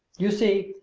you see,